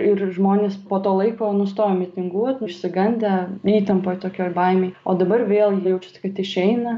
ir žmonės po to laiko nustojo mitinguot išsigandę įtampoj tokioj baimėj o dabar vėl jaučiasi kad išeina